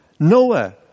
Noah